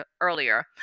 earlier